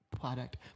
product